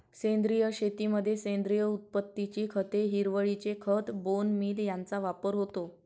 सेंद्रिय शेतीमध्ये सेंद्रिय उत्पत्तीची खते, हिरवळीचे खत, बोन मील यांचा वापर होतो